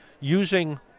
using